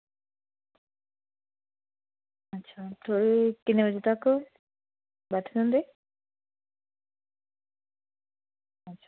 किन्ने बजे तक्क बैठना दिंदे